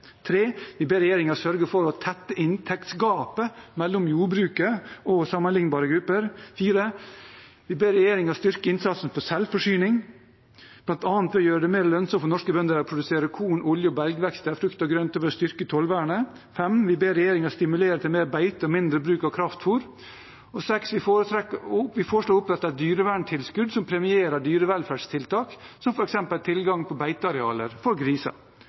Vi ber regjeringen sørge for å tette inntektsgapet mellom jordbruket og sammenlignbare grupper. For det fjerde: Vi ber regjeringen styrke innsatsen for selvforsyning, bl.a. ved å gjøre det mer lønnsomt for norske bønder å produsere korn, olje- og belgvekster og frukt og grønt, ved å styrke tollvernet. For det femte: Vi ber regjeringen stimulere til mer beite og mindre bruk av kraftfôr. For det sjette: Vi foreslår å opprette et dyreverntilskudd som premierer dyrevelferdstiltak som f.eks. tilgang på beitearealer for